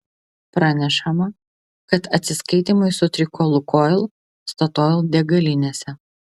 pranešama kad atsiskaitymai sutriko lukoil statoil degalinėse